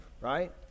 right